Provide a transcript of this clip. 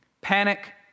Panic